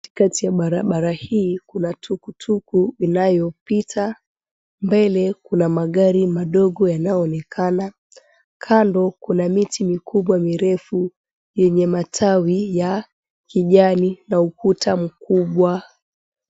Kati ya barabara hii kuna tukutuku inayopita, mbele kuna magari madogo yanayoonekana, kando kuna miti mikubwa mirefu yenye matawi ya kijani na ukuta mkubwa.